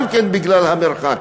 גם כן בגלל המרחק.